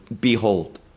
behold